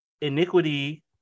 iniquity